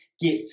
get